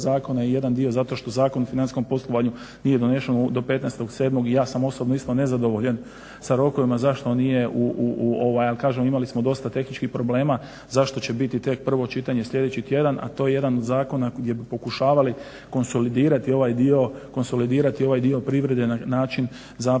zakona je jedan dio zato što Zakon o financijskom poslovanju nije donesen do 15.07. I ja sam osobno isto nezadovoljan sa rokovima zašto on nije, ali kažem imali smo dosta tehničkih problema. Zašto će biti tek prvo čitanje sljedeći tjedan, a to je jedan od zakona gdje bi pokušavali konsolidirati ovaj dio privrede na način zapravo